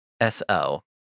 S-O